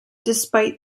despite